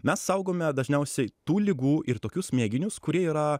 mes saugome dažniausiai tų ligų ir tokius mėginius kurie yra